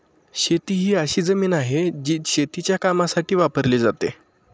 शेती ही अशी जमीन आहे, जी शेतीच्या कामासाठी वापरली जाते